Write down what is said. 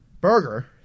burger